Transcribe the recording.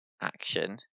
action